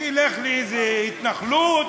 שילך לאיזו התנחלות,